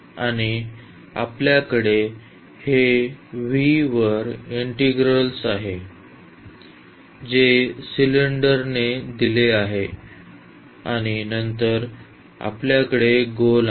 आणि आपल्याकडे हे V वर इंटिग्रल्स आहे जे सिलेंडरने दिले आहे आणि नंतर आपल्याकडे गोल आहे